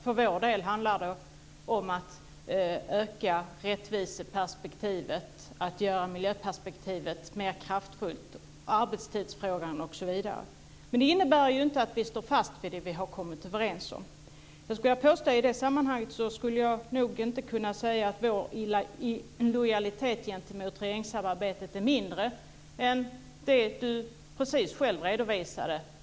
För vår del handlar det om att öka rättviseperspektivet och att göra miljöperspektivet mer kraftfullt. Det gäller också arbetstidsfrågan osv. Men detta innebär inte att vi inte står fast vid det som vi har kommit överens om. I det sammanhanget skulle jag nog inte säga att vår lojalitet gentemot regeringssamarbetet är mindre än den som Mikael Johansson precis själv redovisade.